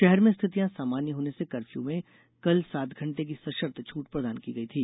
शहर में स्थितिया सामान्य होने से कर्फ्यू में कल सात घंटे की सशर्त छूट प्रदान की गयी थी